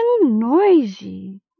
noisy